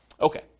Okay